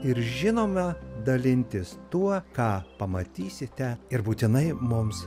ir žinoma dalintis tuo ką pamatysite ir būtinai mums